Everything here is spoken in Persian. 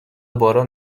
باران